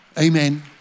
Amen